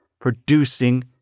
producing